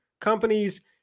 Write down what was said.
companies